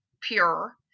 pure